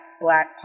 black